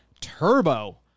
Turbo